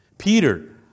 Peter